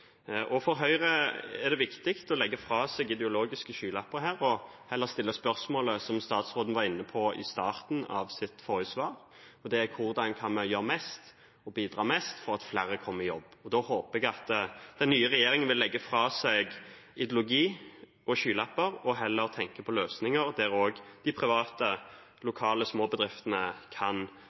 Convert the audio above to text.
For Høyre er det viktig å legge fra seg ideologiske skylapper og heller stille spørsmålet som statsråden var inne på i starten av sitt forrige svar, og det er: Hvordan kan man bidra mest for at flere kommer i jobb? Da håper jeg at den nye regjeringen vil legge fra seg ideologi og skylapper og heller tenke på løsninger der også de private lokale små bedriftene kan